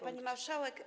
Pani Marszałek!